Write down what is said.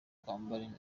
kwambara